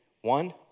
One